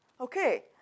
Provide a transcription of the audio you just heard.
Okay